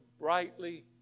brightly